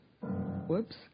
Whoops